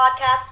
podcast